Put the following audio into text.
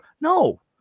No